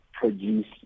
produce